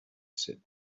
sit